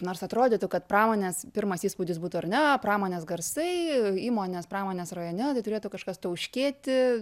nors atrodytų kad pramonės pirmas įspūdis būtų ar ne pramonės garsai įmonės pramonės rajone tai turėtų kažkas tauškėti